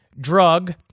drug